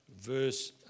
verse